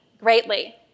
greatly